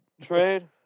Trade